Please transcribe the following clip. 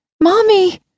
Mommy